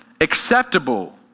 acceptable